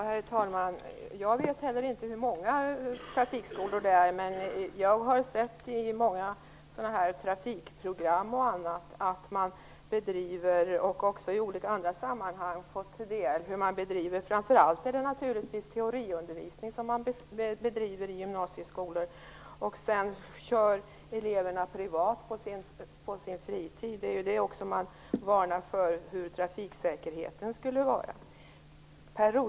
Herr talman! Jag vet inte heller hur många trafikskolor detta gäller, men jag har sett, t.ex. i många trafikprogram, hur man bedriver framför allt teoriundervisning i gymnasieskolor. Sedan kör eleverna privat på sin fritid. Man varnar ju också för hurdan trafiksäkerheten skulle vara annars.